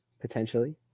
potentially